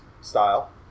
style